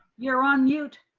you're on mute.